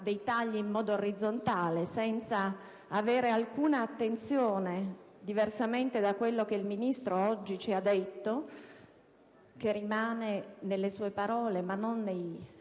dei tagli in modo orizzontale, senza avere alcuna attenzione (diversamente da quello che il Ministro oggi ci ha detto e che rimane nelle sue parole, ma non nei